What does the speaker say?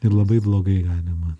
ir labai blogai galima